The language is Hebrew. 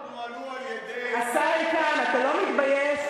הקרנות נוהלו על-ידי, השר איתן, אתה לא מתבייש?